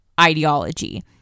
ideology